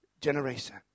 generation